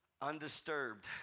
undisturbed